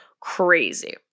crazy